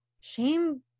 shame